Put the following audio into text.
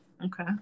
Okay